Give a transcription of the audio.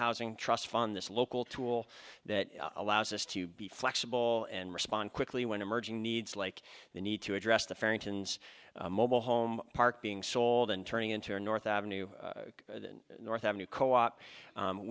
housing trust fund this local tool that allows us to be flexible and respond quickly when emerging needs like the need to address the farrington's mobile home park being sold and turning into a north avenue north avenue co op